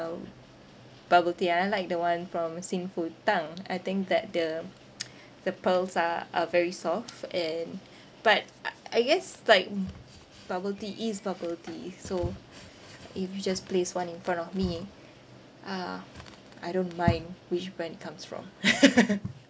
bubble tea I like the one from Xing Fu Tang I think that the the pearls are are very soft and but uh I guess like bubble tea is bubble tea so if you just place one in front of me uh I don't mind which brand it comes from